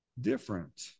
different